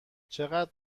چقدر